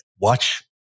watch